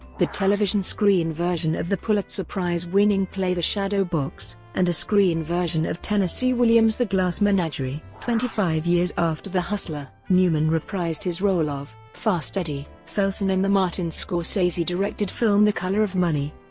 the television screen version of the pulitzer prize-winning play the shadow box, and a screen version of tennessee williams' the glass menagerie. twenty-five years after the hustler, newman reprised his role of fast eddie felson in the martin scorsese-directed film the color of money,